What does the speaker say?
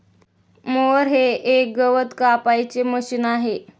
mower हे एक गवत कापायचे मशीन आहे